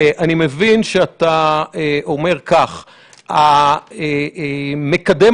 אני מבין שאתה אומר כך: מקדם